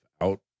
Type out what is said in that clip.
out